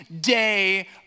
day